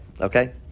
okay